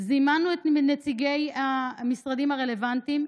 וזימנו את נציגי המשרדים הרלוונטיים.